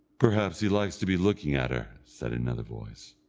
perhaps he likes to be looking at her, said another voice.